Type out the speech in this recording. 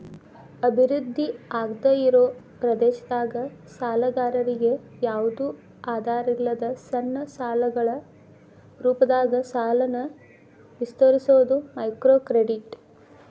ಅಭಿವೃದ್ಧಿ ಆಗ್ದಾಇರೋ ಪ್ರದೇಶದಾಗ ಸಾಲಗಾರರಿಗಿ ಯಾವ್ದು ಆಧಾರಿಲ್ಲದ ಸಣ್ಣ ಸಾಲಗಳ ರೂಪದಾಗ ಸಾಲನ ವಿಸ್ತರಿಸೋದ ಮೈಕ್ರೋಕ್ರೆಡಿಟ್